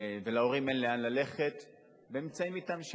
ולהורים אין לאן ללכת, והם נמצאים אתם שם.